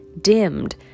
dimmed